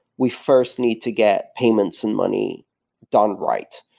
we first need to get payments in money done right.